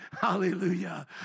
Hallelujah